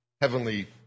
heavenly